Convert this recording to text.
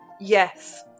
Yes